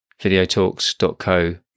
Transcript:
VideoTalks.co